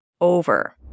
over